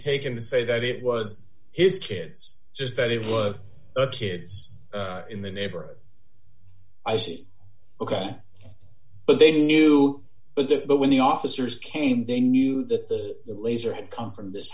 taken to say that it was his kids just that it was kids in the neighborhood i see ok but they knew but that but when the officers came they knew that the laser had come from this